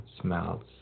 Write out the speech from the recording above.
smells